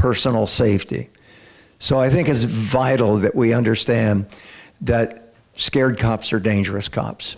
personal safety so i think it's vital that we understand that scared cops are dangerous cops